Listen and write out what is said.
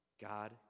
God